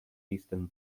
eastern